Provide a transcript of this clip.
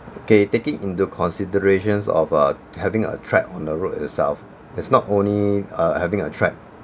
okay taking into considerations of uh having a threat on the road itself it's not only uh having a threat